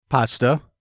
Pasta